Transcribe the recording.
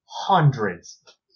Hundreds